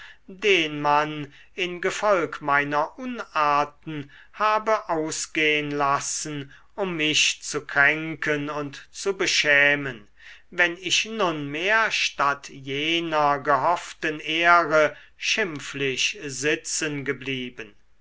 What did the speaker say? den man in gefolg meiner unarten habe ausgehn lassen um mich zu kränken und zu beschämen wenn ich nunmehr statt jener gehofften ehre schimpflich sitzen geblieben